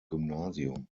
gymnasium